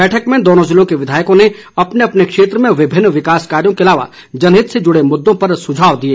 बैठक में दोनों जिलों के विधायकों ने अपने अपने क्षेत्र में विभिन्न विकास कार्यों के अलावा जनहित से जुड़े मुद्दों पर सुझाव दिए